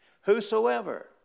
whosoever